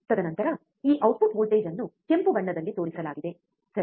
ತದನಂತರ ಈ output voltage ಅನ್ನು ಕೆಂಪು ಬಣ್ಣದಲ್ಲಿ ತೋರಿಸಲಾಗಿದೆ ಸರಿ